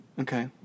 Okay